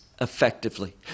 effectively